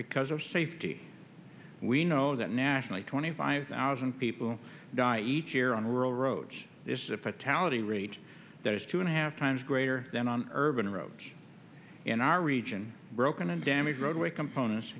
because of safety we know that nationally twenty five thousand people die each year on rural roads there's a fatality rate that is two and a half times greater than on urban roads in our region broken and damaged roadway components